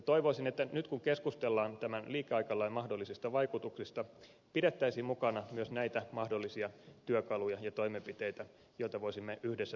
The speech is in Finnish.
toivoisin että nyt kun keskustellaan tämän liikeaikalain mahdollisista vaikutuksista pidettäisiin mukana myös näitä mahdollisia työkaluja ja toimenpiteitä joita voisimme yhdessä viedä eteenpäin